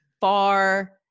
far